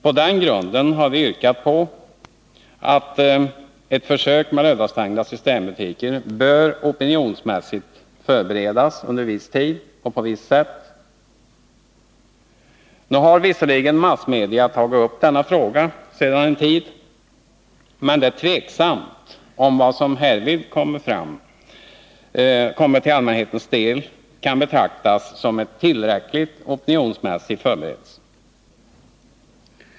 På den grunden har vi yrkat på att ett försök med lördagsstängda systembutiker bör opinionsmässigt förberedas under viss tid och på visst sätt. Nu har visserligen massmedia tagit upp denna fråga sedan en tid, men det är tveksamt om vad som härvid kommit allmänheten till del kan betraktas som en tillräcklig opinionsmässig förberedelse.